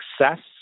success